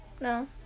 No